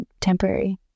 temporary